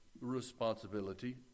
responsibility